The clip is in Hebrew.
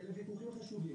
אלה ויכוחים חשובים.